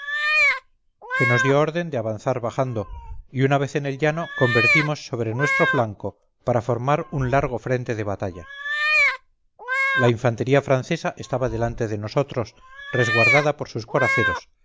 se nos dio orden de avanzar bajando y una vez en llano convertimos sobre nuestro flanco para formar un largo frente de batalla la infantería francesa estaba delante de nosotros resguardada por sus